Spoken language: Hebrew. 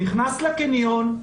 נכנס לקניון,